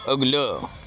اگلا